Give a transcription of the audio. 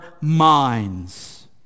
minds